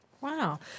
Wow